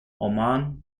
oman